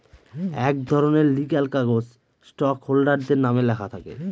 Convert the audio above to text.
এক ধরনের লিগ্যাল কাগজ স্টক হোল্ডারদের নামে লেখা থাকে